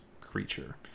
creature